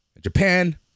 Japan